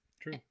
True